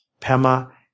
Pema